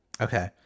Okay